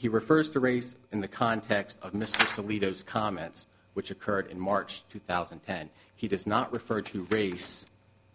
he refers to race in the context of the leaders comments which occurred in march two thousand and ten he does not refer to race